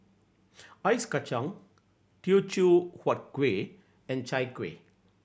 Ice Kachang Teochew Huat Kueh and Chai Kuih